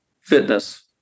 fitness